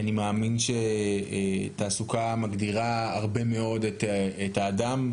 כי אני מאמין שתעסוקה מגדירה הרבה מאוד את האדם,